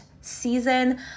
season